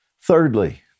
Thirdly